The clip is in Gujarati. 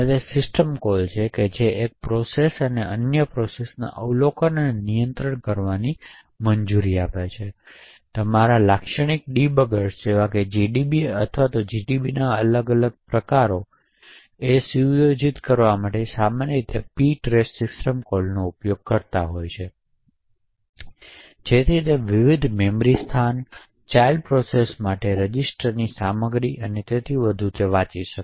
એ સિસ્ટમ કોલ છે જે એક પ્રોસેસને અન્ય પ્રોસેસને અવલોકન અને નિયંત્રિત કરવાની મંજૂરી આપે છે તમારા લાક્ષણિક ડીબગર્સ જેમ કે GDB અથવા GDB ના બધા જુદા જુદા પ્રકારો વિરામચિહ્નો સુયોજિત કરવા માટે સામાન્ય રીતે ptrace સિસ્ટમ કોલનો ઉપયોગ કરશે જેથી તે વિવિધ મેમરી સ્થાનો ચાઇલ્ડ પ્રોસેસ માટે રજિસ્ટરની સામગ્રી અને તેથી વધુ વાચી શકે